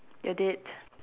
you did